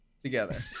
together